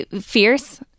fierce